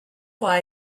why